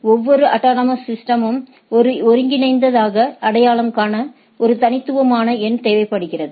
எனவே ஒவ்வொரு அட்டானமஸ் சிஸ்டமமும் ஒரு ஒருங்கிணைந்ததாக அடையாளம் காண ஒரு தனித்துவமான எண் தேவைப்படுகிறது